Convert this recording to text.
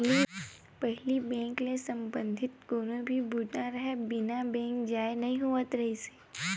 पहिली बेंक ले संबंधित कोनो भी बूता राहय बिना बेंक जाए नइ होवत रिहिस हे